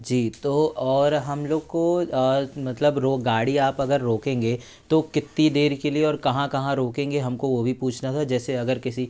जी तो और हम लोग को मतलब गाड़ी अगर आप रोकेंगे तो कितनी देर के लिए और कहाँ कहाँ रोकेंगे हम को वो भी पूछना था जैसे अगर किसी